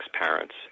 parents